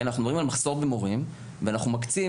אנחנו מדברים על מחסור במורים אבל אנחנו מקצים